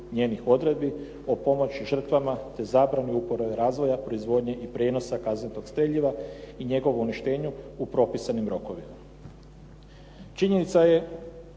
njenih odredbi o pomoći žrtvama te zabrani uporabe, razvoja, proizvodnje i prijenosa kazetnog streljiva i njegovu uništenju u propisanim rokovima. Činjenica je